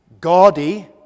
gaudy